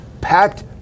packed